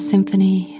symphony